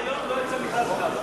עד היום לא יצא מכרז אחד.